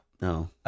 No